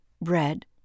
Bread